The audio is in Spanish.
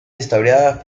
restauradas